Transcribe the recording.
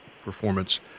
performance